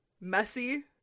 messy